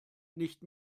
nicht